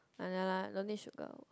ah yeah lah don't need sugar